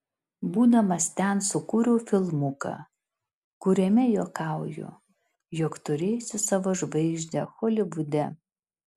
būdamas ten sukūriau filmuką kuriame juokauju jog turėsiu savo žvaigždę holivude